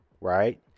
right